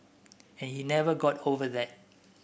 and he never got over that